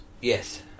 Yes